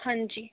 हाँ जी